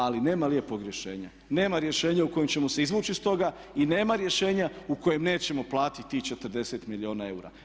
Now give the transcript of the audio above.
Ali nema lijepog rješenja, nema rješenja u kojem ćemo se izvući iz toga i nema rješenja u kojem nećemo platiti tih 40 milijuna eura.